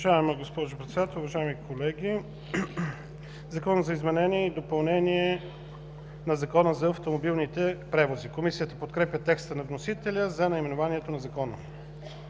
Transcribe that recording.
„Закон за изменение и допълнение на Закона за автомобилните превози“ Комисията подкрепя текста на вносителя за наименованието на Закона.